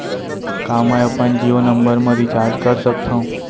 का मैं अपन जीयो नंबर म रिचार्ज कर सकथव?